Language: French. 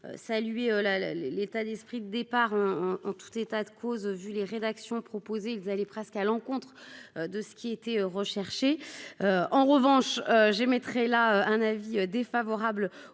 la les l'état d'esprit de départ en en tout état de cause, vu les rédactions proposées, ils allaient presque à l'encontre de ceux qui était recherché en revanche j'émettrai là un avis défavorable